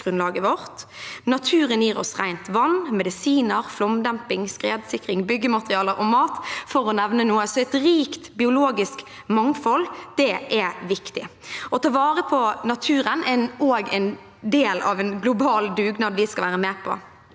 Naturen gir oss rent vann, medisiner, flomdemping, skredsikring, byggematerialer og mat, for å nevne noe, så et rikt biologisk mangfold er viktig. Å ta vare på naturen er også en del av en global dugnad vi skal være med på.